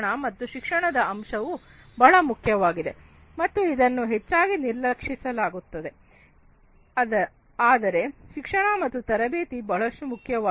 ಮತ್ತೆ ಶಿಕ್ಷಣದ ಅಂಶವು ಬಹಳ ಮುಖ್ಯವಾಗಿದೆ ಮತ್ತು ಇದನ್ನು ಹೆಚ್ಚಾಗಿ ನಿರ್ಲಕ್ಷಿಸಲಾಗುತ್ತದೆ ಆದರೆ ಶಿಕ್ಷಣ ಮತ್ತು ತರಬೇತಿ ಬಹಳ ಮುಖ್ಯವಾದದ್ದು